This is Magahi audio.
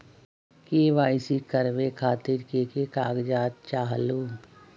के.वाई.सी करवे खातीर के के कागजात चाहलु?